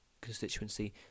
constituency